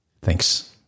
Thanks